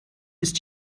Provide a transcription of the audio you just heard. ist